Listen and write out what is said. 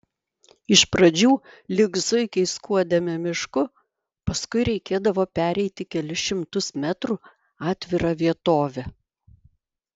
iš pradžių lyg zuikiai skuodėme mišku paskui reikėdavo pereiti kelis šimtus metrų atvira vietove